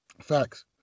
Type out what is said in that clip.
Facts